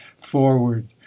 forward